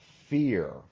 fear